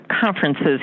conferences